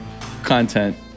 content